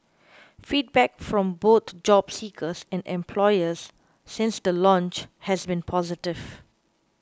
feedback from both job seekers and employers since the launch has been positive